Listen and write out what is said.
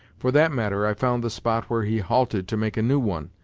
for that matter, i found the spot where he halted to make a new one,